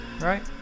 right